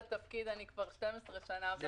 התפקיד אני כבר 12 שנים בתפקיד אחרת.